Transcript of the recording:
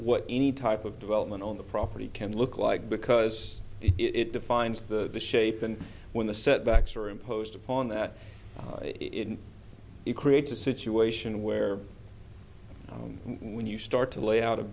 what any type of development on the property can look like because it defines the shape and when the setbacks are imposed upon that it it creates a situation where when you start to lay out